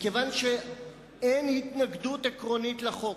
מכיוון שאין התנגדות עקרונית לחוק,